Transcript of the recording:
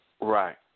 Right